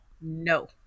No